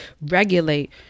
regulate